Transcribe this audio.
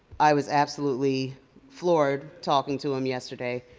i was absolutely floored talking to him yesterday,